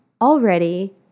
already